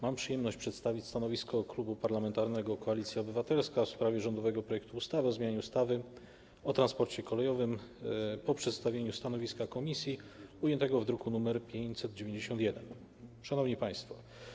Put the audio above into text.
Mam przyjemność przedstawić stanowisko Klubu Parlamentarnego Koalicja Obywatelska w sprawie rządowego projektu ustawy o zmianie ustawy o transporcie kolejowym, po przedstawieniu stanowiska komisji ujętego w druku nr 591. Szanowni Państwo!